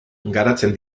garatzen